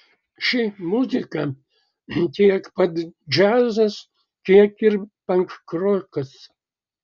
ši muzika tiek pat džiazas kiek ir pankrokas